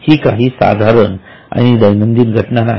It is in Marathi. ही काही साधारण आणि दैनंदिन घटना नाही